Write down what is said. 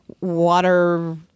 water